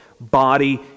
Body